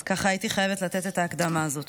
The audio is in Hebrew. אז ככה הייתי חייבת לתת את ההקדמה הזאת.